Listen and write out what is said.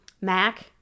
Mac